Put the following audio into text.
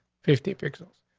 fifty pixels.